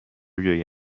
جایی